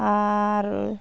ᱟᱻᱨ